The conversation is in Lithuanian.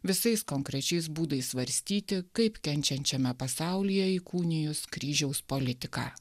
visais konkrečiais būdais svarstyti kaip kenčiančiame pasaulyje įkūnijus kryžiaus politiką